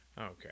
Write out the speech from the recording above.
Okay